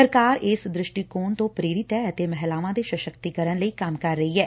ਸਰਕਾਰ ਇਸ ਦ੍ਰਿਸ਼ਟੀਕੋਣ ਤੋਾ ਪ੍ਰੇਰਿਤ ਐ ਅਤੇ ਮਹਿਲਾਵਾਂ ਦੇ ਸ਼ਸਕਤੀਕਰਨ ਲਈ ਕੰਮ ਕਰ ਰਹੀ ਐ